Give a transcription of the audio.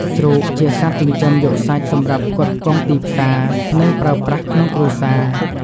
ជ្រូក ជាសត្វចិញ្ចឹមយកសាច់សម្រាប់ផ្គត់ផ្គង់ទីផ្សារ និងប្រើប្រាស់ក្នុងគ្រួសារ។